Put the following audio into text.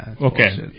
Okay